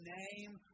name